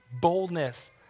boldness